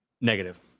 Negative